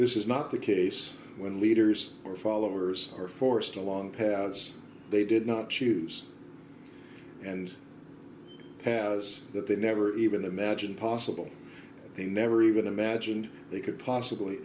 this is not the case when leaders or followers are forced along paths they did not choose and has that they never even imagined possible they never even imagined they could possibly